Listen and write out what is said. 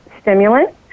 stimulant